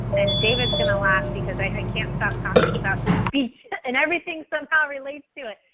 and david's going to laugh because i can't stop talking about this speech and everything somehow relates to it,